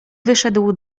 wyszedł